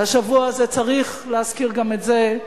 השבוע הזה צריך להזכיר גם את זה,